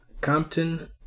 Compton